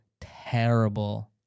terrible